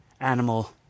animal